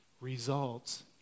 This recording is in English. results